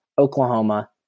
Oklahoma